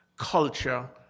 culture